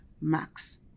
max